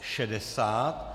60.